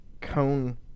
Cone